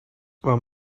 вам